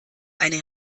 eine